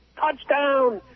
Touchdown